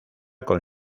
con